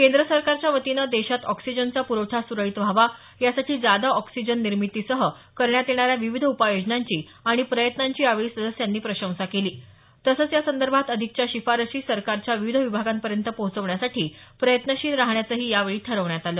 केंद्र सरकारच्या वतीनं देशात ऑक्सिजनचा पुरवठा सुरळीत व्हावा यासाठी ज्यादा ऑक्सिजन निर्मितीसह करण्यात येणाऱ्या विविध उपायोजनांची आणि प्रयत्नांची यावेळी सदस्यांनी प्रशंसा केली तसंच यासंदर्भात अधिकच्या शिफारसी सरकारच्या विविध विभागांपर्यंत पोहचवण्यासाठी प्रयत्नशील राहण्याचंही यावेळी ठरवण्यात आलं